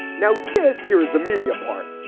now, this here is the media part.